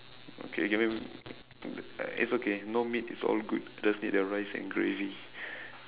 okay give me those it's okay no meat is all good just need the rice and gravy